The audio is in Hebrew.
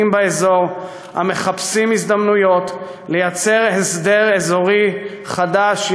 באזור המחפשים הזדמנויות לייצר הסדר אזורי חדש,